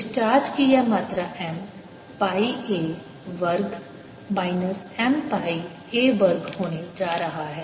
discharge की यह मात्रा M पाई a वर्ग माइनस M पाई a वर्ग होने जा रहा है